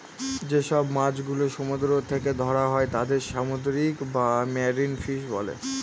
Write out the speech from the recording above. যেসব মাছ গুলো সমুদ্র থেকে ধরা হয় তাদের সামুদ্রিক বা মেরিন ফিশ বলে